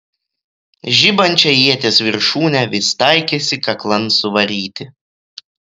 žibančią ieties viršūnę vis taikėsi kaklan suvaryti